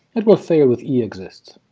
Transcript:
it will fail with eexist.